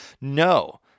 No